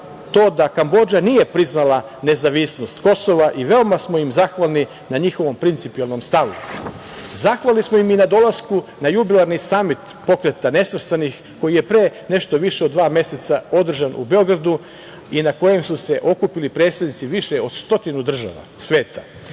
to da Kambodža nije priznala nezavisnost Kosova i veoma smo im zahvalni na njihovom principijelnom stavu. Zahvalni smo im i na dolasku na jubilarni samit Pokreta nesvrstanih, koji je pre nešto više od dva meseca održan u Beogradu i na kojem su se okupili predstavnici više od stotinu država